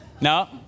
no